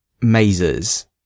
mazes